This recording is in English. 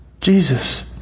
Jesus